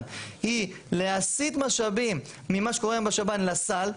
היא להסית משאבים ממה שקורה היום בשב"ן לסל,